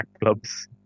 clubs